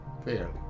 fairly